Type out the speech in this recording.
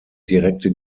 direkte